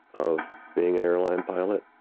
of being an airline pilot.